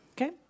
Okay